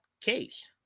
case